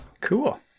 Cool